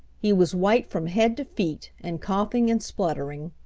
he was white from head to feet, and coughing and spluttering.